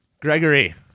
Gregory